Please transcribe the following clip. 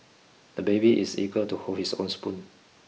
the baby is eager to hold his own spoon